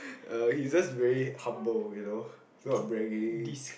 uh he's just very humble you know not bragging